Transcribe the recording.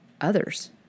others